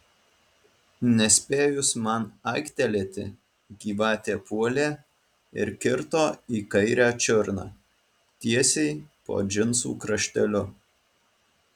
nespėjus man aiktelėti gyvatė puolė ir kirto į kairę čiurną tiesiai po džinsų krašteliu